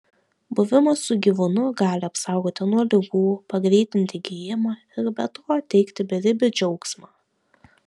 buvimas su gyvūnu gali apsaugoti nuo ligų pagreitinti gijimą ir be to teikti beribį džiaugsmą